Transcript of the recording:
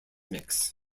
mix